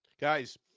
guys